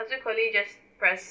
subsequently just press